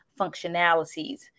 functionalities